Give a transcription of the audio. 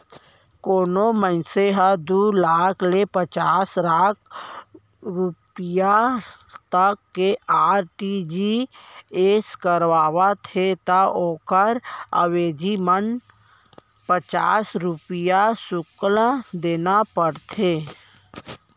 कोनों मनसे ह दू लाख ले पांच लाख रूपिया तक के आर.टी.जी.एस करावत हे त ओकर अवेजी म पच्चीस रूपया सुल्क देना परथे